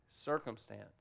circumstance